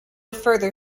further